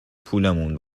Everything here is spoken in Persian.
پولمون